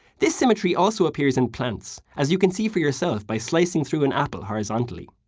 this symmetry also appears in plants, as you can see for yourself by slicing through an apple horizontally.